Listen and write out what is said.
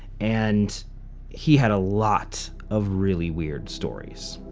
and he had a lot of really weird stories.